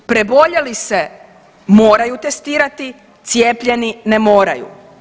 Preboljeli se moraju testirati, cijepljeni ne moraju.